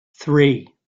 three